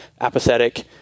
apathetic